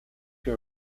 your